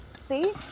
See